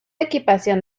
equipación